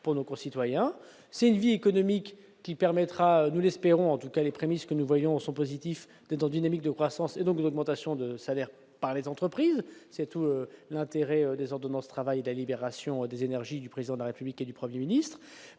pour nos concitoyens, c'est une vie économique qui permettra, nous l'espérons, en tout cas les prémices que nous voyons sont positifs des dents dynamique de croissance et donc une augmentation de salaire par les entreprises, c'est tout l'intérêt des ordonnances travail la libération des énergies du président de la République et du 1er ministre